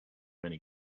many